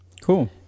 Cool